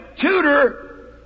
tutor